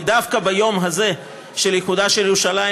ודווקא ביום הזה של איחודה של ירושלים,